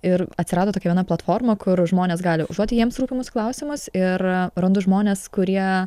ir atsirado tokia viena platforma kur žmonės gali užduoti jiems rūpimus klausimus ir randu žmones kurie